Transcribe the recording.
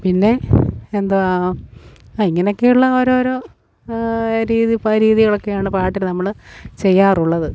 പിന്നെ എന്തുവാണ് ആ ഇങ്ങനെയൊക്കെയുള്ള ഓരോ ഓരോ രീതി രീതികളൊക്കെയാണ് പാട്ടിൽ നമ്മൾ ചെയ്യാറുള്ളത്